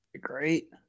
Great